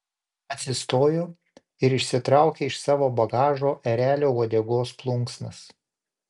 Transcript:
atsistojo ir išsitraukė iš savo bagažo erelio uodegos plunksnas